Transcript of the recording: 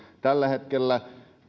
tällä hetkellä